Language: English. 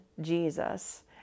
Jesus